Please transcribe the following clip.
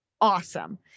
awesome